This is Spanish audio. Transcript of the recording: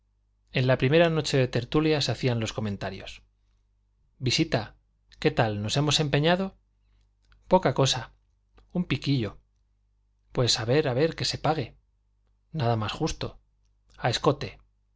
en la primera noche de tertulia se hacían los comentarios visita qué tal nos hemos empeñado poca cosa un piquillo pues a ver a ver que se pague nada más justo a escote